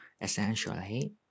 essentially